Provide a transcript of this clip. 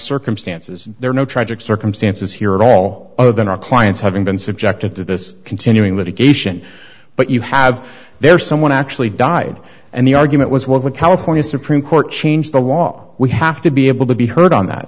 circumstances there are no tragic circumstances here at all other than our clients having been subjected to this continuing litigation but you have there someone actually died and the argument was well the california supreme court changed the law we have to be able to be heard on that